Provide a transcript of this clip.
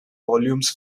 volumes